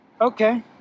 Okay